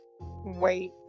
Wait